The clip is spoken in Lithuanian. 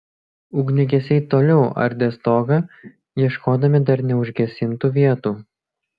ugniagesiai toliau ardė stogą ieškodami dar neužgesintų vietų